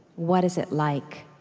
what is it like?